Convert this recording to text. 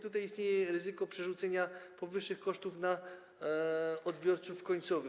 Tutaj istnieje ryzyko przerzucenia powyższych kosztów na odbiorców końcowych.